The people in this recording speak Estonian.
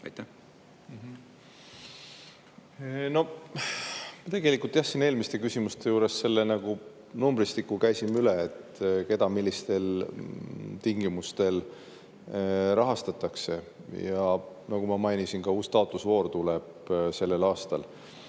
ära. Tegelikult jah siin eelmiste küsimuste juures selle numbristiku käisime üle, keda millistel tingimustel rahastatakse. Nagu ma mainisin, ka uus taotlusvoor tuleb sellel aastal.